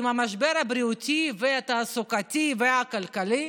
עם המשבר הבריאותי והתעסוקתי והכלכלי?